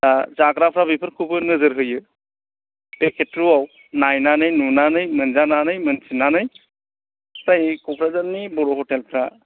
जाग्राफ्रा बेफोरखौबो नोजोर होयो बे खेथ्रयाव नायनानै नुनानै मोनजानानै मोनथिनानै फ्राय क'क्राझारनि बर' हटेलफ्रा